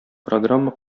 программа